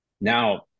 Now